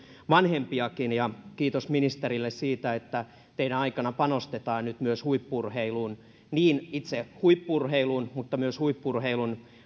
vanhempiakin kiitos ministerille siitä että teidän aikananne panostetaan nyt myös huippu urheiluun niin itse huippu urheiluun kuin myös huippu urheilun